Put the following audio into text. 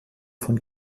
von